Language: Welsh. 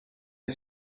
ein